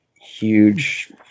huge